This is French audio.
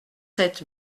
sept